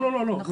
לא, לא, לא.